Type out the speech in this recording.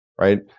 right